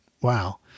Wow